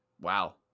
wow